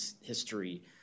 history